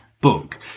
book